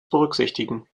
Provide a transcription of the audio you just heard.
berücksichtigen